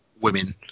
women